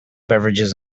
beverages